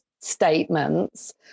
statements